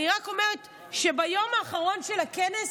אני רק אומרת שביום האחרון של הכנס,